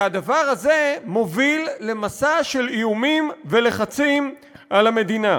והדבר הזה מוביל למסע של איומים ולחצים על המדינה.